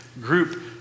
group